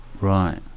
Right